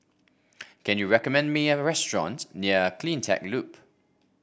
can you recommend me a restaurant near CleanTech Loop